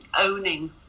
owning